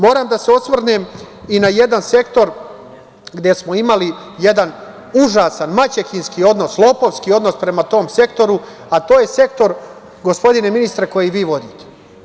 Moram da se osvrnem i na jedan sektor gde smo imali jedan užasan, maćehinski odnos, lopovski odnos prema tom sektoru, a to je sektor, gospodine ministre koji vi vodite.